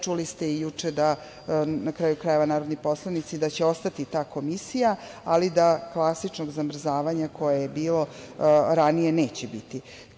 Čuli ste juče, na kraju krajeva narodni poslanici, da će ostati ta Komisija, ali da klasičnog zamrzavanja kojeg je bilo ranije neće biti.